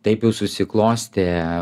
taip jau susiklostė